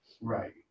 Right